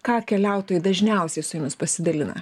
ką keliautojai dažniausiai su jumis pasidalina